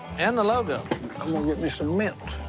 and the logo. i'm gonna get me some mint.